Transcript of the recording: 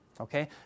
Okay